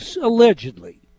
allegedly